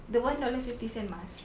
the one dollar fifty cent mask